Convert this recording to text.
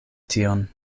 tion